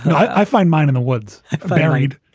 i find mine in the woods varied.